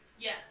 Yes